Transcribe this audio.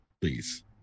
please